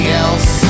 else